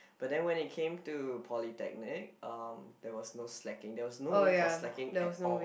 but then when it came to polytechnic um there was no slacking there was no room for slacking at all